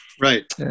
Right